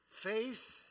Faith